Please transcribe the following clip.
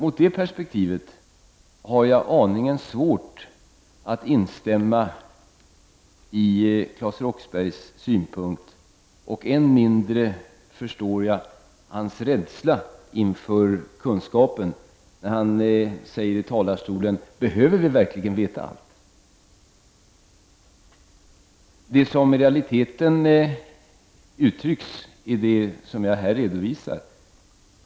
Ur det perspektivet har jag aningen svårt att instämma i Claes Roxberghs synpunkt och än mindre förstår jag hans rädsla inför kunskapen. Han säger i talarstolen: Behöver vi verkligen veta allt? Det som i realiteten uttrycks är det som jag här redovisar.